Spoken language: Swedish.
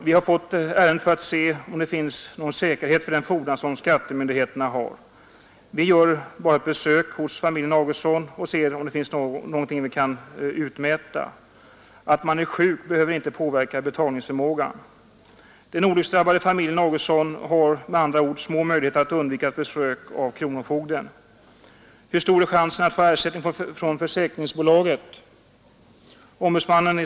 — Vi har fått ärendet för att se om det finns någon säkerhet för den fordran som skattemyndigheterna har. Vi gör bara ett besök hos familjen Augustsson och ser om det finns något som vi kan utmäta. Att man är sjuk behöver inte påverka betalningsförmågan. Den olycksdrabbade familjen Augustsson har med andra ord små möjligheter att undvika ett besök av kronofogden. Men hur stor är chansen att få ersättning av försäkringsbolaget?